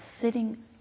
sitting